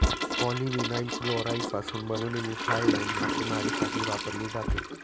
polyvinyl क्लोराईडपासून बनवलेली fly line मासेमारीसाठी वापरली जाते